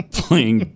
playing